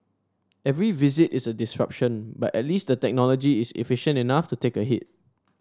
every visit is a disruption but at least the technology is efficient enough to take a hit